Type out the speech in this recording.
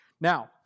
Now